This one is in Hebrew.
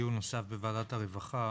לדיון נוסף בוועדת הרווחה.